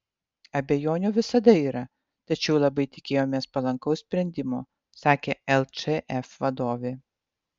abejonių visada yra tačiau labai tikėjomės palankaus sprendimo sakė lčf vadovė